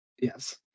Yes